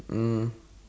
mm